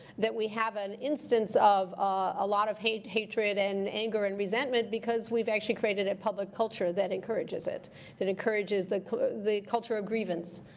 that we have an instance of a lot of hatred hatred and anger and resentment, because we've actually created a public culture that encourages it that encourages the culture of grievance.